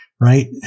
right